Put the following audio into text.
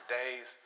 days